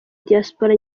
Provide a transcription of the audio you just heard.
diaspora